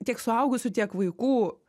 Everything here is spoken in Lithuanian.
tiek suaugusių tiek vaikų